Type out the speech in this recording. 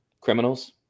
criminals